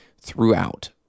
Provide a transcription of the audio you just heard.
throughout